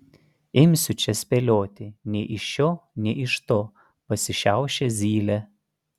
imsiu čia spėlioti nei iš šio nei iš to pasišiaušė zylė